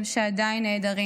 שעדיין נעדרים,